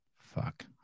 Fuck